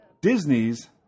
Disney's